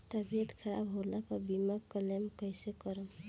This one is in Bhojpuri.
तबियत खराब होला पर बीमा क्लेम कैसे करम?